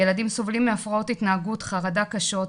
ילדים סובלים מהפרעות התנהגות חרדה קשות,